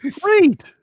great